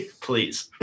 Please